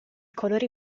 colori